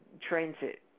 transit